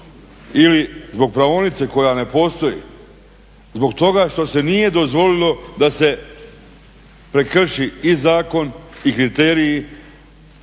ili zbog praonice koja ne postoji, zbog toga što se nije dozvolilo da se prekrši i zakon i kriteriji